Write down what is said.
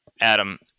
Adam